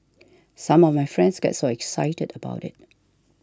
some of my friends get so excited about it